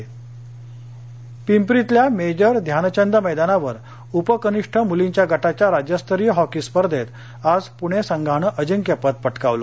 क्रिडा वृत्त पिंपरीतल्या मेजर ध्यानचंद मैदानावर उप कनिष्ठ मुलींच्या गटाच्या राज्यस्तरीय हॉकी स्पर्धेंत आज पुणे संघानं अजिंक्यपद पटकावलं